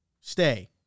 stay